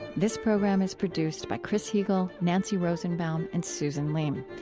this program is produced by chris heagle, nancy rosenbaum, and susan leem.